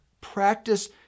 practice